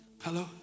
hello